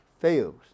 fails